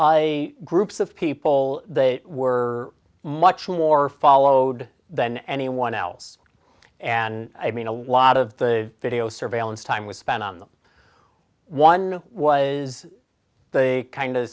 a groups of people that were much more followed than anyone else and i mean a lot of the video surveillance time was spent on them one was the kind